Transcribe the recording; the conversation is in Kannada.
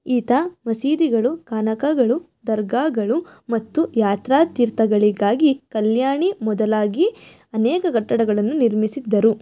ಈತ ಮಸೀದಿಗಳು ಖಾನಖಾಗಳು ದರ್ಗಾಗಳು ಮತ್ತು ಯಾತ್ರಾ ತೀರ್ಥಗಳಿಗಾಗಿ ಕಲ್ಯಾಣಿ ಮೊದಲಾಗಿ ಅನೇಕ ಕಟ್ಟಡಗಳನ್ನು ನಿರ್ಮಿಸಿದ್ದರು